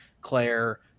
Claire